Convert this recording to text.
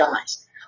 guys